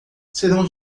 serão